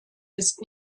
ist